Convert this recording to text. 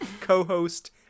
co-host